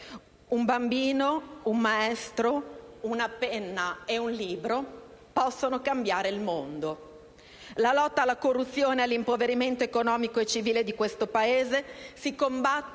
«Un bambino, un maestro, una penna e un libro possono cambiare il mondo». La lotta alla corruzione e all'impoverimento economico e civile di questo Paese si combatte